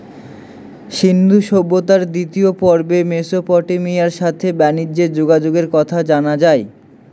সিন্ধু সভ্যতার দ্বিতীয় পর্বে মেসোপটেমিয়ার সাথে বানিজ্যে যোগাযোগের কথা জানা যায়